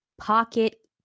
Pocket